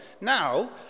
Now